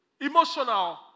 emotional